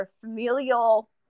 familial